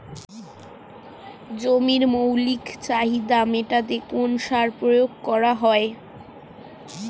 জমির মৌলিক চাহিদা মেটাতে কোন সার প্রয়োগ করা হয়?